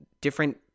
different